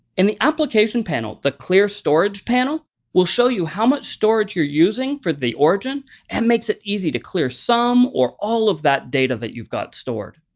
in the application panel, the clear storage panel will show you how much storage you're using for the origin and makes it easy to clear some or all of that data that you've got stored.